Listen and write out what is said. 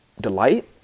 delight